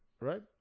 Right